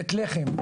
בית לחם,